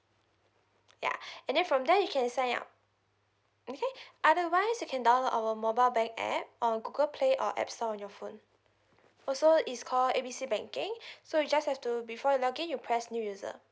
ya and there from there you can sign up okay otherwise you can download our mobile bank app or google play or apps store on your phone also is called A B C banking so you just have to before you login you press new user